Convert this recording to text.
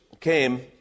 came